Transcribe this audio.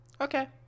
Okay